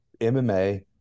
MMA